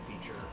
feature